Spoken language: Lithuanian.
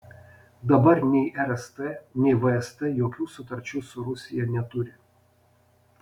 dabar nei rst nei vst jokių sutarčių su rusija neturi